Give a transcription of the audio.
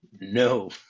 No